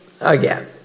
again